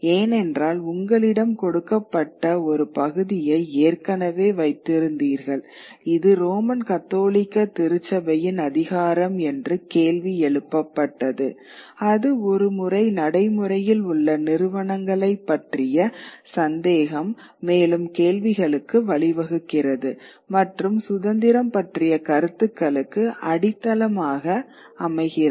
ஏனென்றால் உங்களிடம் கொடுக்கப்பட்ட ஒரு பகுதியை ஏற்கனவே வைத்திருந்தீர்கள் இது ரோமன் கத்தோலிக்க திருச்சபையின் அதிகாரம் என்று கேள்வி எழுப்பப்பட்டது அது ஒரு முறை நடைமுறையில் உள்ள நிறுவனங்களைப் பற்றிய சந்தேகம் மேலும் கேள்விகளுக்கு வழிவகுக்கிறது மற்றும் சுதந்திரம் பற்றிய கருத்துக்களுக்கு அடித்தளமாக அமைகிறது